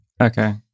Okay